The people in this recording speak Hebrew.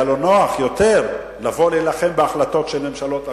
היה לו נוח יותר לבוא להילחם בהחלטות של ממשלות אחרות,